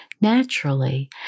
naturally